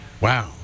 Wow